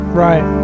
right